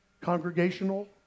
congregational